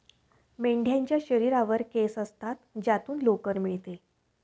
मेंढ्यांच्या शरीरावर केस असतात ज्यातून लोकर मिळते